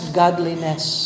godliness